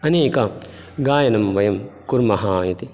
अनेक गायनं वयं कुर्मः इति